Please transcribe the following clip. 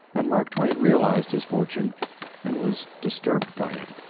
and mark twain realized his fortune and was disturbed by it.